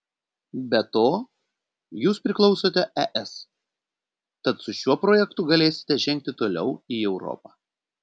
be to jūs priklausote es tad su šiuo projektu galėsime žengti toliau į europą